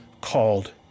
called